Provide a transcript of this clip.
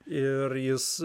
ir jis